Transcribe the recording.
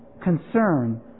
concern